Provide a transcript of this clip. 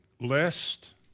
lest